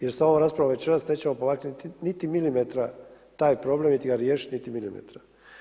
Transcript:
Jer se ovom raspravom večeras nećemo niti milimetra taj problem niti ga riješiti niti milimetra.